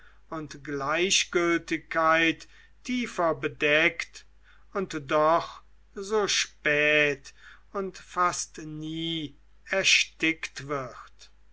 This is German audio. und gleichgültigkeit tiefer bedeckt und doch so spät und fast nie erstickt wird